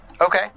Okay